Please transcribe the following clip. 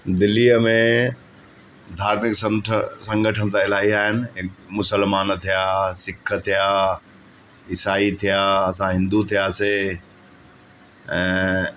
दिल्लीअ में धार्मिक संगठ संगठन त इलाही आहिनि मुसलमान थिया सिख थिया ईसाई थिया असां हिंदू थियासीं ऐं